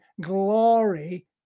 glory